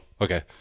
Okay